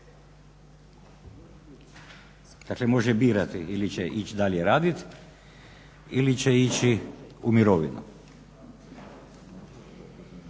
Dakle, može birati ili će ići dalje raditi ili će ići u mirovinu.